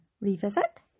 revisit